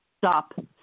Stop